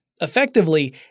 effectively